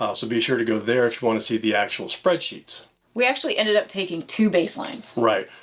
ah so be sure to go there if you want to see the actual spreadsheets we actually ended up taking two baselines. right,